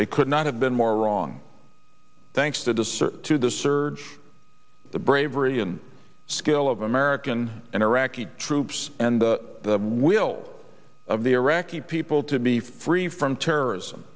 they could not have been more wrong thanks to discern to the surge the bravery and skill of american and iraqi troops and the will of the iraqi people to be free from terrorism